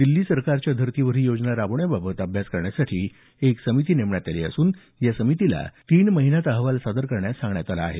दिछी सरकारच्या धर्तीवर ही योजना राबवण्याबाबत अभ्यास करण्यासाठी एक समिती नेमण्यात आली असून या समितीला तीन महिन्यात अहवाल सादर करण्यास सांगण्यात आलं आहे